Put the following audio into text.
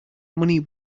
money